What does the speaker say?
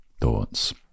thoughts